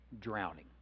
drowning